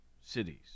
cities